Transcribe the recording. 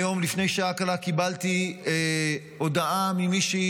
היום לפני שעה קלה קיבלתי הודעה ממישהי